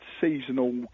seasonal